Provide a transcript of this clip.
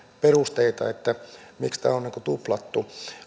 perusteita miksi tämä on tuplattu